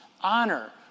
honor